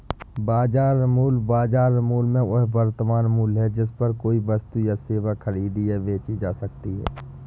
बाजार मूल्य, बाजार मूल्य में वह वर्तमान मूल्य है जिस पर कोई वस्तु या सेवा खरीदी या बेची जा सकती है